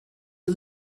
was